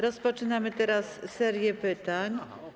Rozpoczynamy teraz serię pytań.